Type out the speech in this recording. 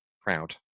proud